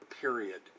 Period